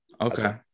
okay